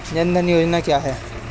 जनधन योजना क्या है?